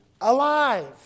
alive